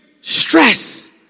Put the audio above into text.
stress